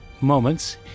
Moments